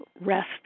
rest